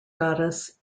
goddess